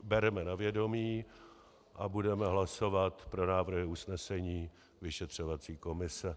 Bereme ji na vědomí a budeme hlasovat pro návrhy usnesení vyšetřovací komise.